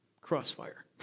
crossfire